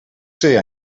ser